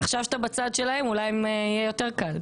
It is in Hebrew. עכשיו שאתה בצד שלהם, אולי יהיה יותר קל.